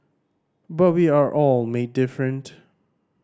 but we are all made different